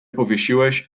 powiesiłeś